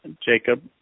Jacob